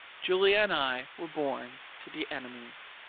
julia and i were born to be enemies.